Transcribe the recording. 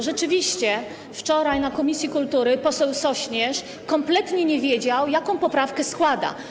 Rzeczywiście wczoraj na posiedzeniu komisji kultury poseł Sośnierz kompletnie nie wiedział, jaką poprawkę składa.